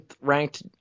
ranked